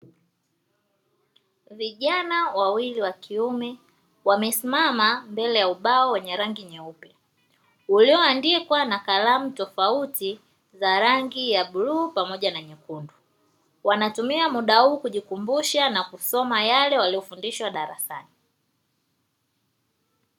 Vijana wawili wa kiume wamesimama mbele ya ubao wenye rangi nyeupe ulioandikwa na kalamu tofauti za rangi ya bluu pamoja na nyekundu, wanatumia muda huu kusoma na kujikumbusha yale waliyofundishwa darasani.